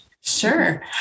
Sure